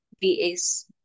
VAs